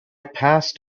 passed